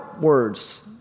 words